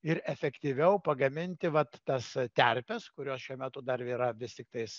ir efektyviau pagaminti vat tas terpes kurios šiuo metu dar yra vis tiktais